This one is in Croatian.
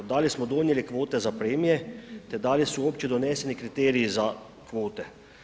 Da li smo donijeli kvote za premije te da li su uopće doneseni kriteriji za kvote?